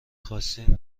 خواستین